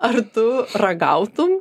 ar tu ragautum